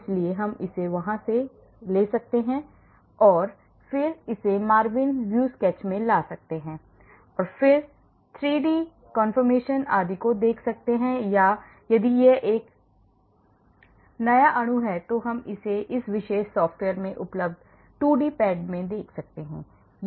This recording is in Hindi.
इसलिए हम इसे वहां से ले जा सकते हैं और फिर इसे Marvin view sketch में ला सकते हैं और फिर 3d conformations आदि को देख सकते हैं या यदि यह एक नया अणु है तो हम इसे इस विशेष सॉफ्टवेयर में उपलब्ध 2d पैड में आकर्षित कर सकते हैं